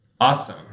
awesome